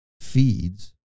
feeds